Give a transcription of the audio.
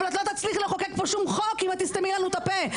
אבל את לא תצליחי לחוקק פה שום חוק אם את תסתמי לנו את הפה,